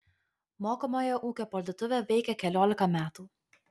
mokomojo ūkio parduotuvė veikia keliolika metų